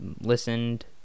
listened